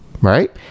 right